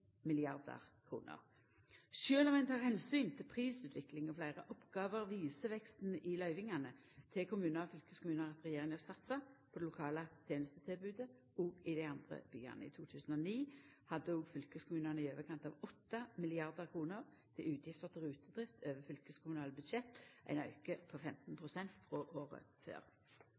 til prisutvikling og fleire oppgåver, syner veksten i løyvingane til kommunar og fylkeskommunar at regjeringa satsar på det lokale tenestetilbodet – òg i dei andre byane. I 2009 hadde òg fylkeskommunane i overkant av 8 mrd. kr til utgifter til rutedrift over fylkeskommunale budsjett, ein auke på 15 pst. frå året før.